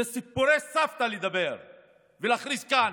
זה סיפורי סבתא לדבר ולהכריז כאן.